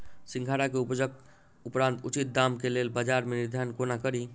सिंघाड़ा केँ उपजक उपरांत उचित दाम केँ लेल बजार केँ निर्धारण कोना कड़ी?